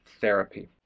therapy